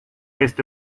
este